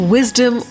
Wisdom